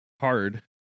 hard